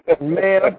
Man